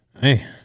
Hey